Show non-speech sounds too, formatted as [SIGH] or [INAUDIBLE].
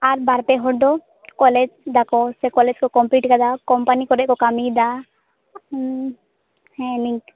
ᱟᱨ ᱵᱟᱨ ᱯᱮ ᱦᱚᱲ ᱫᱚ ᱠᱚᱞᱮᱡᱽ ᱫᱟᱠᱚ ᱥᱮ ᱠᱚᱞᱮᱡᱽ ᱠᱚ ᱠᱚᱢᱯᱤᱞᱤᱴ ᱠᱟᱫᱟ ᱠᱚᱢᱯᱟᱱᱤ ᱠᱚᱨᱮᱠᱚ ᱠᱟᱹᱢᱤᱭᱮᱫᱟ [UNINTELLIGIBLE]